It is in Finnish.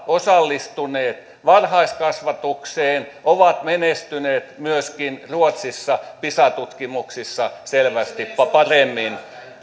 osallistuneet varhaiskasvatukseen ovat menestyneet myöskin ruotsissa pisa tutkimuksissa selvästi paremmin